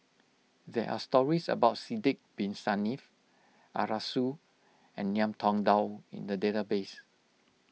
there are stories about Sidek Bin Saniff Arasu and Ngiam Tong Dow in the database